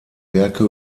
werke